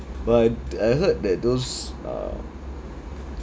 but I heard that those uh